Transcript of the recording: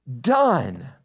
done